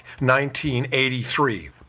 1983